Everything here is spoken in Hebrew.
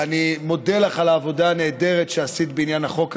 אני מודה לך על העבודה הנהדרת שעשית בעניין החוק הזה,